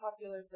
popular